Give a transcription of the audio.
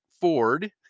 Ford